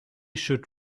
should